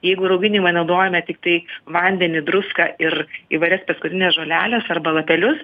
jeigu rauginimui naudojame tiktai vandenį druską ir įvairias prieskonines žoleles arba lapelius